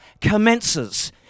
commences